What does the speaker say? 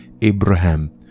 Abraham